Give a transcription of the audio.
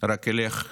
רק ילך ויחריף,